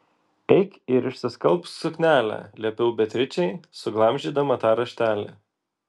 eik ir išsiskalbk suknelę liepiau beatričei suglamžydama tą raštelį